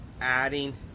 adding